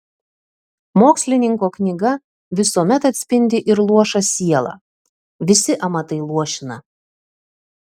mokslininko knyga visuomet atspindi ir luošą sielą visi amatai luošina